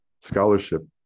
scholarship